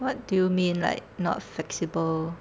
what do you mean like not flexible